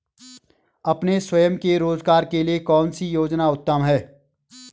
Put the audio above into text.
अपने स्वयं के रोज़गार के लिए कौनसी योजना उत्तम है?